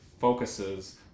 focuses